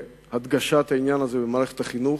בהדגשת העניין הזה במערכת החינוך,